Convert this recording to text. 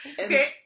Okay